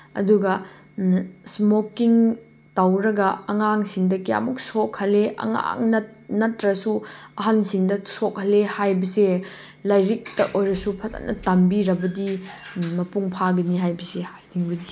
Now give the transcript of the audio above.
ꯑꯗꯨꯒ ꯏꯁꯃꯣꯀꯤꯡ ꯇꯧꯔꯒ ꯑꯉꯥꯡꯁꯤꯡꯗ ꯀꯌꯥꯃꯨꯛ ꯁꯣꯛꯍꯜꯂꯦ ꯑꯉꯥꯡ ꯅꯠꯇ꯭ꯔꯁꯨ ꯑꯍꯟꯁꯤꯡꯗ ꯁꯣꯛꯍꯜꯂꯦ ꯍꯥꯏꯕꯁꯦ ꯂꯥꯏꯔꯤꯛꯇ ꯑꯣꯏꯔꯁꯨ ꯐꯖꯅ ꯇꯝꯕꯤꯔꯕꯗꯤ ꯃꯄꯨꯡ ꯐꯥꯒꯅꯤ ꯍꯥꯏꯕꯁꯤ ꯍꯥꯏꯅꯤꯡꯕꯅꯤ